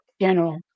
general